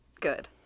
Good